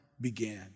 began